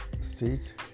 State